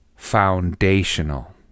foundational